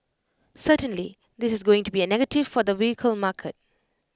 certainly this is going to be A negative for the vehicle market